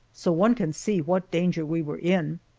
so one can see what danger we were in.